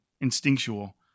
instinctual